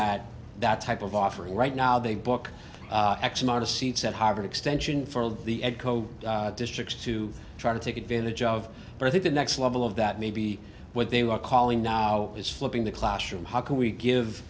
at that type of offering right now they book x amount of seats at harvard extension for the eco districts to try to take advantage of but i think the next level of that may be what they were calling now is flipping the classroom how can we give